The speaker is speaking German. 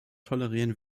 tolerieren